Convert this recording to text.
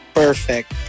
perfect